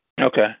Okay